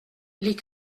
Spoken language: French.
les